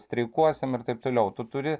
streikuosim ir taip toliau tu turi